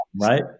right